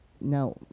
now